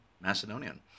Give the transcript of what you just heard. Macedonian